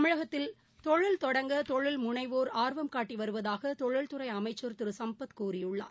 தமிழகத்தில் தொழில் தொடங்க தொழில் முனைவோர் ஆர்வம் காட்டிவருவதாகதொழில்துறைஅமைச்சர் திருசுப்பத் கூறியுள்ளார்